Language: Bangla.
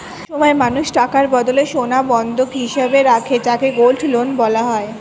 অনেক সময় মানুষ টাকার বদলে সোনা বন্ধক হিসেবে রাখে যাকে গোল্ড লোন বলা হয়